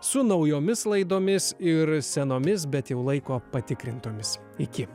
su naujomis laidomis ir senomis bet jau laiko patikrintomis iki